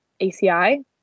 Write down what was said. ACI